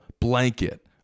blanket